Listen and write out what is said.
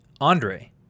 Andre